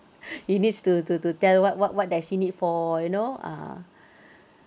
he needs to to to tell what what what does he need for you know ah